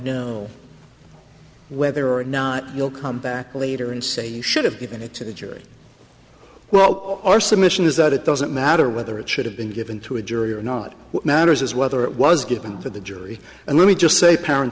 party know whether or not we'll come back later and say you should have given it to the jury well our submission is that it doesn't matter whether it should have been given to a jury or not what matters is whether it was given to the jury and let me just say p